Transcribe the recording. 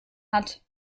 hat